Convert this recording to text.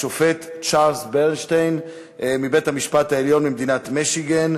השופט ריצ'רד ברנסטין מבית-המשפט העליון של מדינת מישיגן.